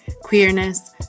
queerness